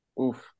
Oof